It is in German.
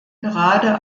gerade